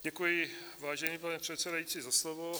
Děkuji, vážený pane předsedající, za slovo.